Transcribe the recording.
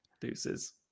Deuces